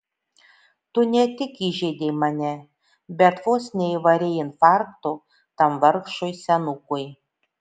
tu ne tik įžeidei mane bet vos neįvarei infarkto tam vargšui senukui